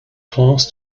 class